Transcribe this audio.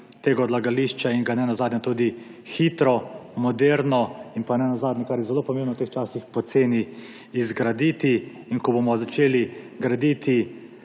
tega odlagališča in ga nenazadnje tudi hitro, moderno in, kar je zelo pomembno v teh časih, poceni zgraditi. Ko bomo začeli graditi